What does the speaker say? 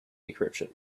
decryption